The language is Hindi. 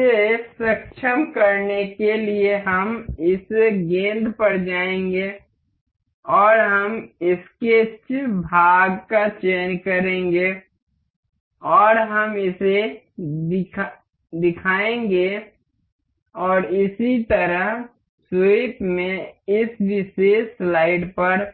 इसे सक्षम करने के लिए हम इस गेंद पर जाएंगे और हम स्केच भाग का चयन करेंगे और हम इसे दिखाएंगे और इसी तरह स्वीप में इस विशेष स्लाइड पर